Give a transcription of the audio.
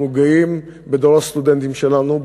אנחנו גאים בדור הסטודנטים שלנו,